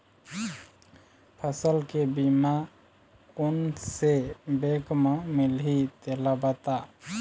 फसल के बीमा कोन से बैंक म मिलही तेला बता?